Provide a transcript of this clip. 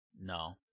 no